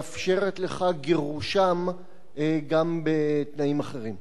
מאפשרת לך גירושם גם בתנאים אחרים?